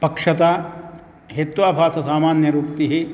पक्षता हेत्वाभाससामान्यनिरुक्तिः